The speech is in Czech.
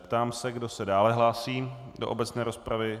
Ptám se, kdo se dále hlásí do obecné rozpravy.